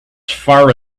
far